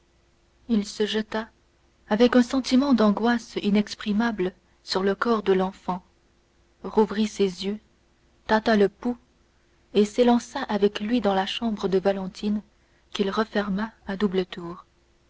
il se jeta avec un sentiment d'angoisse inexprimable sur le corps de l'enfant rouvrit ses yeux tâta le pouls et s'élança avec lui dans la chambre de valentine qu'il referma à double tour